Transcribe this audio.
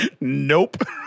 Nope